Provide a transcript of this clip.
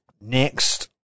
Next